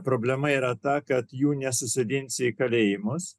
problema yra ta kad jų nesusodinsi į kalėjimus